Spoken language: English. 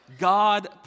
God